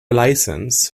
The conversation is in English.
license